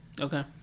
Okay